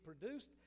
produced